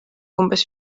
umbes